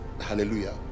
hallelujah